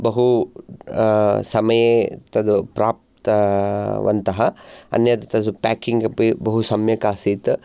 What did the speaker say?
बहु समये तद् प्राप्तवन्तः अन्यत् तथा पैकिङ् अपि बहु सम्यक् आसीत्